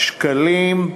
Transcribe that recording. שקלים,